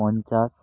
পঞ্চাশ